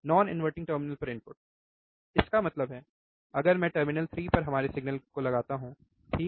non inverting terminal पर input इसका मतलब है अगर मैं टर्मिनल 3 पर हमारे सिग्नल को लगाना ठीक